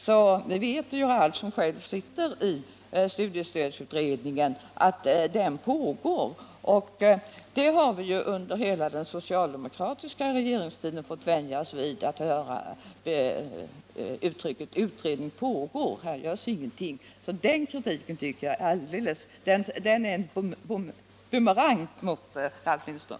Men Ralf Lindström sitter ju själv i studiestödsutredningen och vet att arbetet pågår. Och under hela den socialdemokratiska regeringstiden fick vi vänja oss vid att höra uttrycket: Utredning pågår — här görs ingenting. Den kritiken är därför en bumerang mot Ralf Lindström.